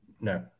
No